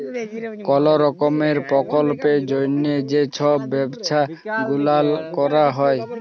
call রকমের পরকল্পের জ্যনহে যে ছব ব্যবছা গুলাল ক্যরা হ্যয়